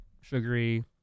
sugary